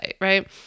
right